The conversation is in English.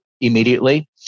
immediately